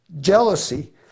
jealousy